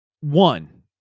one